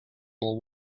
will